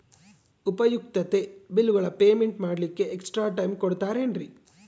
ಉಪಯುಕ್ತತೆ ಬಿಲ್ಲುಗಳ ಪೇಮೆಂಟ್ ಮಾಡ್ಲಿಕ್ಕೆ ಎಕ್ಸ್ಟ್ರಾ ಟೈಮ್ ಕೊಡ್ತೇರಾ ಏನ್ರಿ?